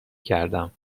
کردم